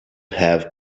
have